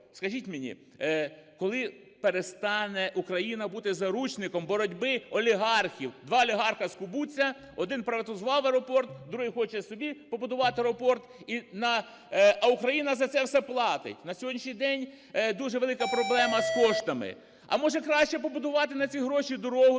Скажіть мені, коли перестане Україна бути заручником боротьби олігархів? Два олігархи скубуться: один приватизував аеропорт, другий хоче собі побудувати аеропорт, а Україна за це все платить. На сьогоднішній день дуже велика проблема з коштами. А може, краще побудувати на ці гроші дорогу